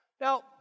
Now